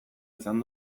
izan